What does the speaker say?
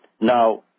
Now